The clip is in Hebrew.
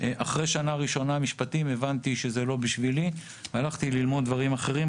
אחרי שנה ראשונה במשפטים הבנתי שזה לא בשבילי והלכתי ללמוד דברים אחרים,